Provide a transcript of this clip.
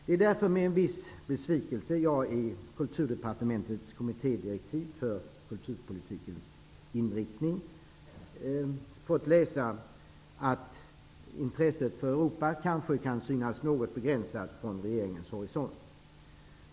Det är därför med en viss besvikelse jag i kulturdepartementets kommittédirektiv för kulturpolitikens inriktning fått läsa att intresset för Europa kanske är något begränsat från regeringens horisont.